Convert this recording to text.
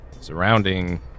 surrounding